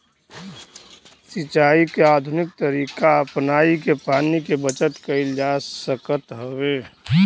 सिंचाई के आधुनिक तरीका अपनाई के पानी के बचत कईल जा सकत हवे